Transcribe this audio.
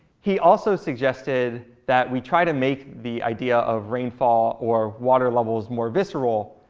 he also suggested that we try to make the idea of rainfall or water levels more visceral.